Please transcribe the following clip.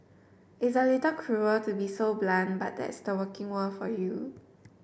it's a little cruel to be so blunt but that's the working world for you